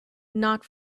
not